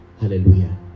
Hallelujah